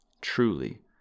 Truly